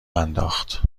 انداخت